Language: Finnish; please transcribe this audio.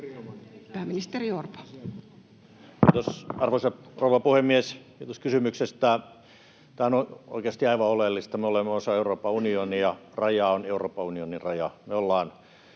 Content: Kiitos, arvoisa rouva puhemies! Kiitos kysymyksestä. Tämä on oikeasti aivan oleellista. Me olemme osa Euroopan unionia, raja on Euroopan unionin raja.